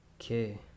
okay